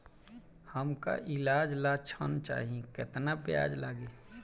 हमका ईलाज ला ऋण चाही केतना ब्याज लागी?